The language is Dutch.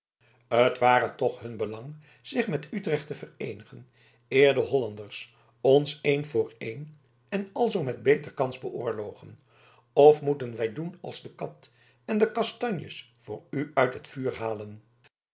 het ware toch hun belang zich met utrecht te vereenigen eer de hollanders ons een voor een en alzoo met beter kans beoorlogen of moeten wij doen als de kat en de kastanjes voor u uit het vuur halen